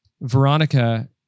Veronica